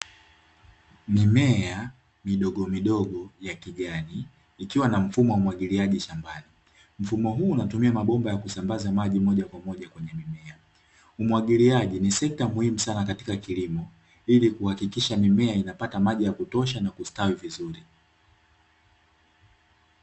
Mimea midogo midogo ya kijani ikiwa na mfumo wa umwagiliaji shambani. Mfumo huu unatumia mabomba ya kusambaza maji moja kwa moja kwenye mimea. Umwagiliaji ni sekta muhimu sana katika kilimo ili kuhakikisha mimea inapata maji ya kutosha na kustawi vizuri.